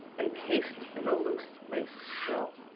encased in a loose lace frill.